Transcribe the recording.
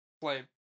play